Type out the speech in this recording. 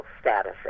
status